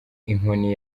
inkoni